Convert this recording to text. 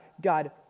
god